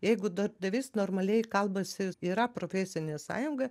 jeigu darbdavys normaliai kalbasi yra profesinė sąjunga